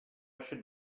should